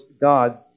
gods